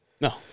No